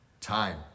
Time